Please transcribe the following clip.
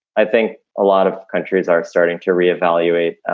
i think a lot of countries are starting to re-evaluate